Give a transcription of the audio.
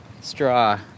straw